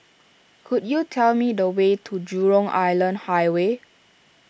could you tell me the way to Jurong Island Highway